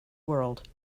world